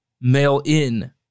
mail-in